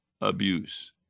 abuse